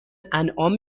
انعام